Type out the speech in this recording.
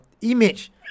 image